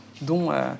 dont